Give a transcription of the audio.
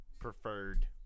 preferred